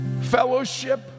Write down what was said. fellowship